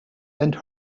and